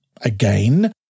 Again